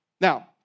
Now